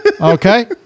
Okay